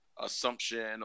assumption